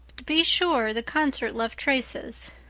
to be sure, the concert left traces.